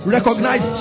Recognize